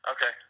Okay